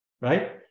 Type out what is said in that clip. right